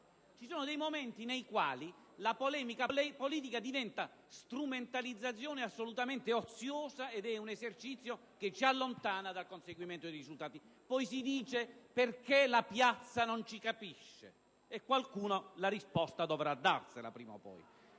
ed altri momenti nei quali diventa strumentalizzazione assolutamente oziosa, un esercizio che ci allontana dal conseguimento dei risultati. Poi ci si chiede perché la piazza non ci capisce, e qualcuno la risposta dovrà darsela, prima o poi.